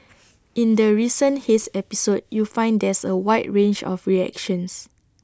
in the recent haze episode you find there's A wide range of reactions